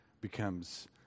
becomes